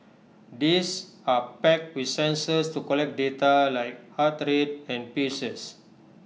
these are packed with sensors to collect data like heart rate and paces